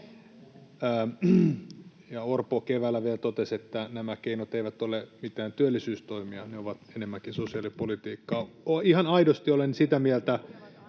Orpo keväällä vielä totesi, että nämä keinot eivät ole mitään työllisyystoimia, ne ovat enemmänkin sosiaalipolitiikkaa. [Juha Mäenpää: Sitähän